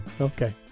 Okay